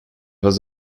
was